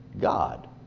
God